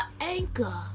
anchor